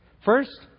First